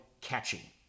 catchy